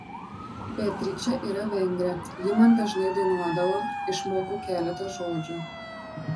beatričė yra vengrė ji man dažnai dainuodavo išmokau keletą žodžių